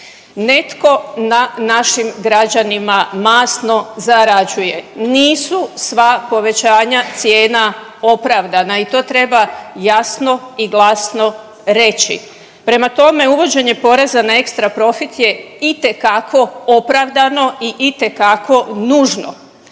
Netko na našim građanima masno zarađuje, nisu sva povećanja cijena opravdana i to treba jasno i glasno reći. Prema tome, uvođenje poreza na ekstra profit je itekako opravdano i itekako nužno,